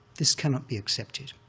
this cannot be accepted.